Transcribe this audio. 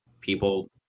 people